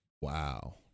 Wow